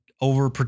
over